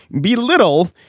belittle